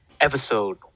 Episode